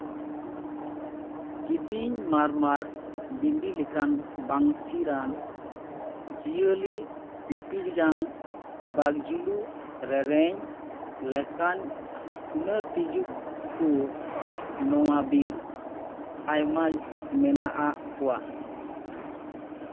ᱠᱤᱫᱤᱧ ᱢᱟᱨᱢᱟᱨ ᱵᱤᱸᱫᱤ ᱞᱮᱠᱟᱱ ᱵᱟᱝ ᱥᱤᱨ ᱟᱱ ᱡᱤᱭᱟᱹᱞᱤ ᱯᱤᱯᱤᱲᱡᱟᱝ ᱵᱟᱠᱡᱩᱞᱩᱝ ᱨᱮᱨᱮᱧ ᱞᱮᱠᱟᱱ ᱦᱩᱱᱟᱹᱨ ᱛᱤᱸᱡᱩ ᱠᱚ ᱱᱚᱣᱟ ᱵᱤᱨ ᱟᱭᱢᱟ ᱢᱮᱱᱟᱜᱼᱟ ᱠᱚᱣᱟ